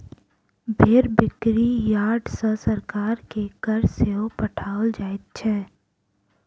भेंड़ बिक्री यार्ड सॅ सरकार के कर सेहो पठाओल जाइत छै